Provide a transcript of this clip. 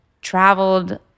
traveled